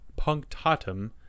punctatum